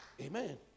Amen